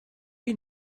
you